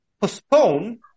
postpone